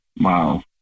Wow